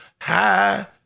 high